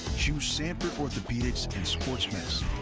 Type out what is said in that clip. choose sanford orthopedics and sports medicine.